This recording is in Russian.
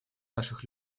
наших